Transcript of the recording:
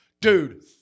Dude